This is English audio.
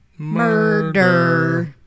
Murder